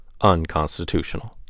unconstitutional